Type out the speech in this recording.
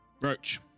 Roach